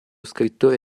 scrittore